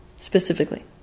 specifically